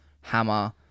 Hammer